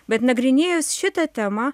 bet nagrinėjus šitą temą